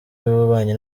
y’ububanyi